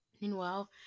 Meanwhile